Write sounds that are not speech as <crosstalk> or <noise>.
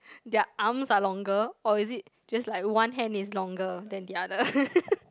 their arms are longer or is it just like one hand is longer than the other <laughs>